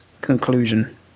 conclusion